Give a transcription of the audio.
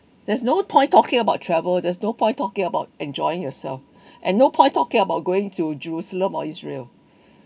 there's no point talking about travel there's no point talking about enjoying yourself and no point talking about going to jerusalem or israel